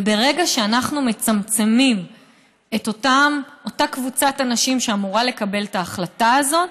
ברגע שאנחנו מצמצמים את אותה קבוצת אנשים שאמורה לקבל את ההחלטה הזאת,